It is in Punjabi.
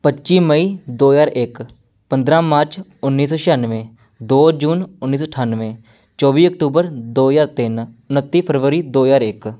ਪੱਚੀ ਮਈ ਦੋ ਹਜ਼ਾਰ ਇੱਕ ਪੰਦਰਾਂ ਮਾਰਚ ਉੱਨੀ ਸੌ ਛਿਆਨਵੇਂ ਦੋ ਜੂਨ ਉੱਨੀ ਸੌ ਅਠਾਨਵੇਂ ਚੌਵੀ ਅਕਤੂਬਰ ਦੋ ਹਜ਼ਾਰ ਤਿੰਨ ਉਨੱਤੀ ਫਰਵਰੀ ਦੋ ਹਜ਼ਾਰ ਇੱਕ